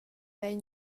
vein